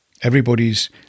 Everybody's